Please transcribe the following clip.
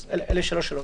אז אלה שלוש השאלות.